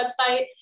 website